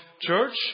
church